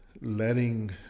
letting